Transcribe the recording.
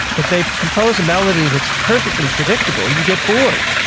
if they compose a melody that's perfectly predictable, you get bored.